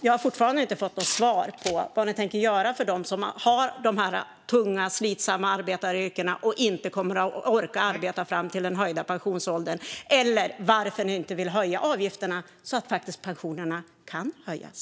Jag har fortfarande inte fått svar på vad ni tänker göra för dem som har tunga, slitsamma arbetaryrken och inte kommer att orka arbeta fram till den höjda pensionsåldern eller varför ni inte vill höja avgifterna så att pensionerna faktiskt kan höjas.